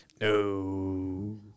No